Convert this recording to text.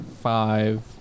Five